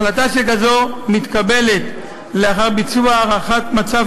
החלטה שכזאת מתקבלת לאחר ביצוע הערכת מצב